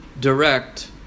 direct